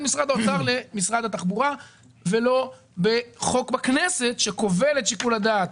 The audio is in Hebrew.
משרד האוצר למשרד התחבורה ולא בחוק בכנסת שכובל את שיקול הדעת,